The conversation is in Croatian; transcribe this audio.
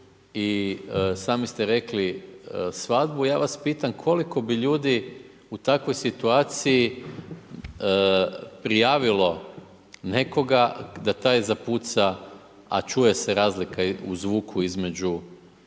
i sami ste rekli svadbu. Ja vas pitam koliko bi ljudi u takvoj situaciji prijavilo nekoga da taj zapuca, a čuje se razlika u zvuku između